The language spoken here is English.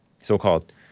so-called